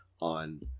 on